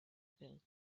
build